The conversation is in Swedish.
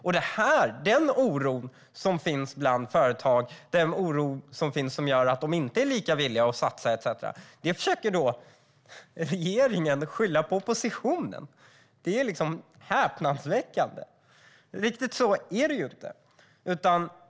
När det gäller den oro som finns bland företag och som gör att de inte är lika villiga att satsa etcetera försöker regeringen skylla på oppositionen. Det är häpnadsväckande. Riktigt så är det ju inte.